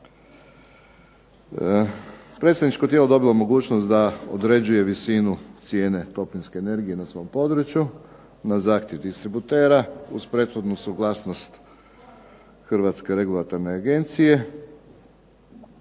Predstavničko tijelo dobilo je mogućnost da određuje visinu cijene toplinske energije na svom području na zahtjev distributera, uz prethodnu suglasnost Hrvatske regulatorne agencije.